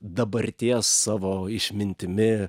dabarties savo išmintimi